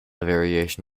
variation